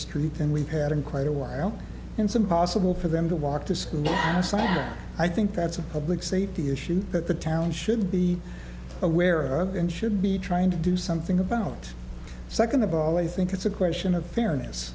street and we've had in quite a while and some possible for them to walk to school gaslamp i think that's a public safety issue that the town should be aware of and should be trying to do something about second of all i think it's a question of fairness